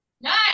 nice